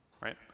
right